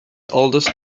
oldest